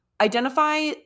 identify